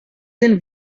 den